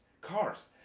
Cars